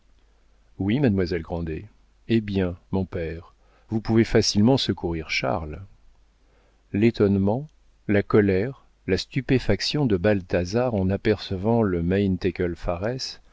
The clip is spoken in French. oui mademoiselle grandet eh bien mon père vous pouvez facilement secourir charles l'étonnement la colère la stupéfaction de balthazar en apercevant le